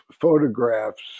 photographs